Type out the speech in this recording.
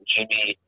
Jimmy